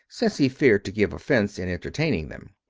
since he feared to give offense in entertaining them.